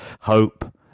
hope